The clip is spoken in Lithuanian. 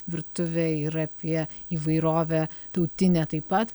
virtuvę ir apie įvairovę tautinę taip pat